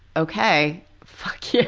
ok fuck yeah